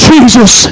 Jesus